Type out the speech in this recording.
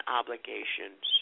obligations